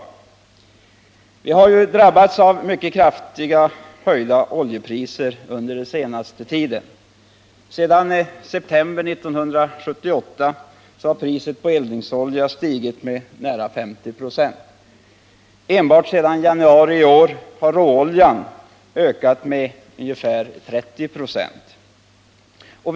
143 Vi har drabbats av mycket kraftigt höjda oljepriser under den senaste tiden. Sedan september 1978 har priset på eldningsolja stigit med nära 50 96. Enbart sedan januari i år har priset på råolja stigit med ca 30 926.